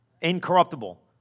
Incorruptible